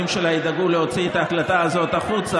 שלה ידאגו להוציא את ההקלטה הזאת החוצה,